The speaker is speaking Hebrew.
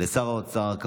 לשר האוצר.